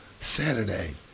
Saturday